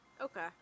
Okay